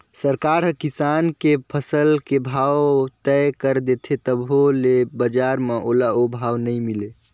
सरकार हर किसान के फसल के भाव तय कर देथे तभो ले बजार म ओला ओ भाव नइ मिले